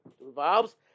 revolves